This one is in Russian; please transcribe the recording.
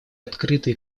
открытые